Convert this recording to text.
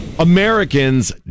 Americans